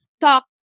talk